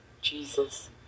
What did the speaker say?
Jesus